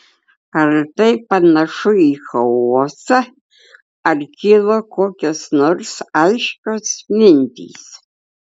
ar tai panašu į chaosą ar kyla kokios nors aiškios mintys